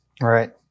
right